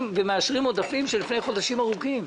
ומאשרים עודפים של לפני חודשים ארוכים.